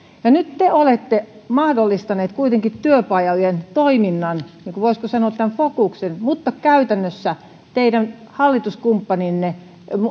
nyt te olette mahdollistaneet kuitenkin työpajojen toiminnan voisiko sanoa tämän fokuksen mutta käytännössä teidän hallituskumppaninne